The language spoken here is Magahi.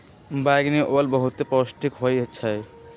बइगनि ओल बहुते पौष्टिक होइ छइ